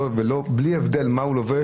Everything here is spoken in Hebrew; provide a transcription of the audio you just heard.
ובלי הבדל במה שהוא לובש,